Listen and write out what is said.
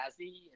jazzy